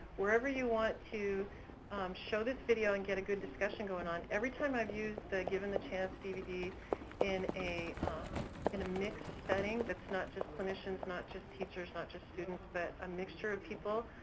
wherever you want to show this video and get a good discussion going on, every time i've used the given the chance dvd in a in a mixed setting, that's not just clinicians, not just teachers, not just students, but a mixture of people,